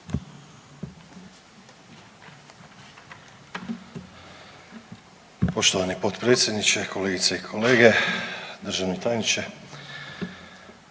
Poštovani potpredsjedniče, kolegice i kolege, državni tajniče